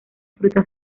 frutas